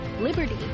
liberty